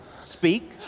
speak